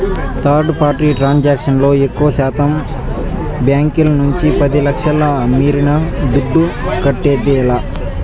third party transaction లో ఎక్కువశాతం బాంకీల నుంచి పది లచ్ఛల మీరిన దుడ్డు కట్టేదిలా